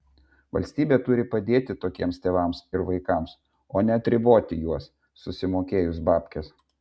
valstybė turi padėti tokiems tėvams ir vaikams o ne atriboti juos susimokėjus babkes